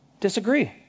disagree